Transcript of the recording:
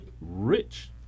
rich